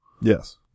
Yes